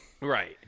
Right